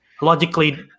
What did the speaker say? logically